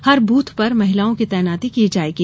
हर booth पर महिलाओं की तैनाती की जायेगी